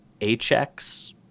HX